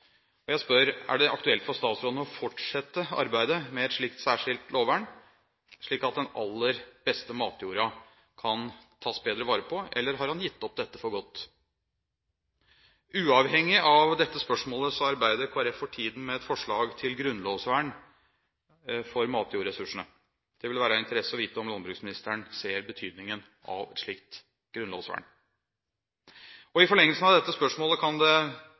Jeg spør: Er det aktuelt for statsråden å fortsette arbeidet med et slikt særskilt lovvern, slik at den aller beste matjorda kan tas bedre vare på, eller har han gitt opp dette for godt? Uavhengig av dette spørsmålet arbeider Kristelig Folkeparti for tiden med et forslag til grunnlovsvern for matjordressursene. Det vil være av interesse å vite om landbruksministeren ser betydningen av et slikt grunnlovsvern. I forlengelsen av dette kan spørsmålet